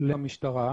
ספציפי